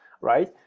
right